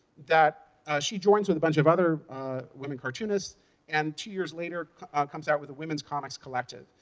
that she joins with a bunch of other women cartoonists and two years later comes out with the wimmin's comics collective.